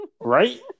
right